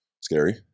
Scary